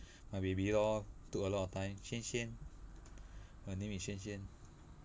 my baby lor took a lot of time xuan xuan her name is xuan xuan